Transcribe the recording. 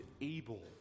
able